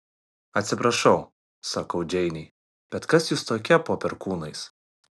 atsiprašau sakau džeinei bet kas jūs tokia po perkūnais